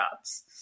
jobs